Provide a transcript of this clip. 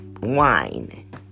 wine